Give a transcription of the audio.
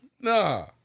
nah